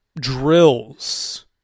drills